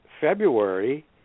February